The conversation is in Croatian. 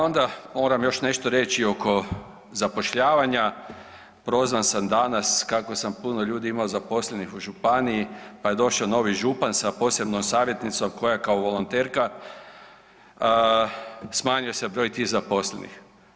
Onda moram još nešto reći oko zapošljavanja, prozvan sam danas kako sam imao puno ljudi zaposlenih u županiji, pa je došao novi župan sa posebnom savjetnicom koja je kao volonterka, smanjio se broj tih zaposlenih.